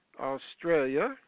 Australia